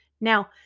Now